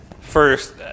first